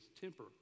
temper